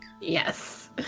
Yes